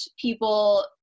people